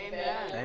Amen